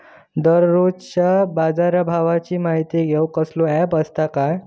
दररोजच्या बाजारभावाची माहिती घेऊक कसलो अँप आसा काय?